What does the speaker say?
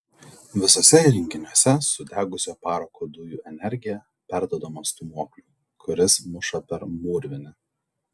visuose įrenginiuose sudegusio parako dujų energija perduodama stūmokliui kuris muša per mūrvinę